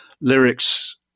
lyrics